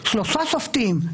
שלושה שופטים,